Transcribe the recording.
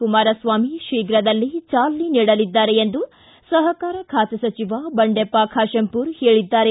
ಕುಮಾರಸ್ವಾಮಿ ಅವರು ಶೀಘ್ರದಲ್ಲೇ ಚಾಲನೆ ನೀಡಲಿದ್ದಾರೆ ಎಂದು ಸಹಕಾರ ಖಾತೆ ಸಚಿವ ಬಂಡೆಪ್ಪ ಖಾಶೆಂಪೂರ ಹೇಳಿದ್ದಾರೆ